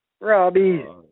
Robbie